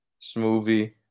smoothie